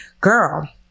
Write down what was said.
girl